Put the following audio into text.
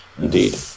indeed